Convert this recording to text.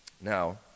Now